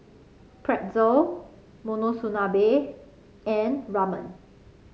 Pretzel Monsunabe and Ramen